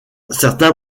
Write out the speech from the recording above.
certains